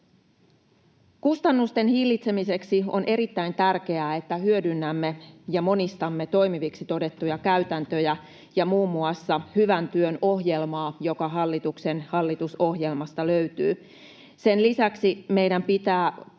Kustannusten hillitsemiseksi on erittäin tärkeää, että hyödynnämme ja monistamme toimiviksi todettuja käytäntöjä ja muun muassa Hyvän työn ohjelmaa, joka hallituksen hallitusohjelmasta löytyy. Sen lisäksi meidän pitää